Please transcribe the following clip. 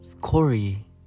Corey